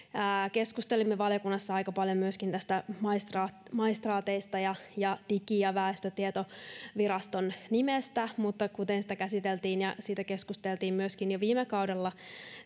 keskustelimme valiokunnassa aika paljon myöskin maistraateista ja ja digi ja väestötietoviraston nimestä mutta kun sitä käsiteltiin ja siitä keskusteltiin myöskin jo viime kaudella